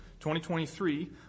2023